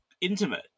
intimate